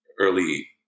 early